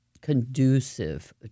conducive